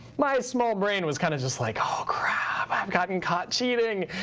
my small brain was kind of just like, oh crap, i've gotten caught cheating.